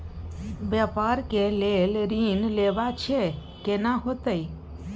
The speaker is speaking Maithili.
व्यापार के लेल ऋण लेबा छै केना होतै?